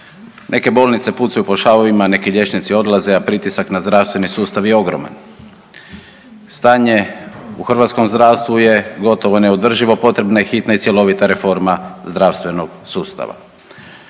Neke bolnice pucaju po šavovima, neki liječnici odlaze, a pritisak na zdravstveni sustav je ogroman. Stanje u hrvatskom zdravstvu je gotovo neodrživo. Potrebna je hitna i cjelovita reforma zdravstvenog sustava.